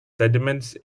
sediments